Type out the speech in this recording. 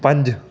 ਪੰਜ